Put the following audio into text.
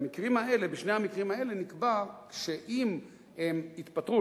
בשני המקרים האלה נקבע שאם הם התפטרו,